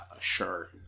Sure